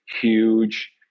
huge